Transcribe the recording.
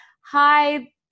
hi